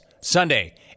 Sunday